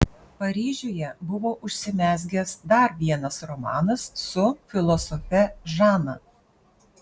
paryžiuje buvo užsimezgęs dar vienas romanas su filosofe žana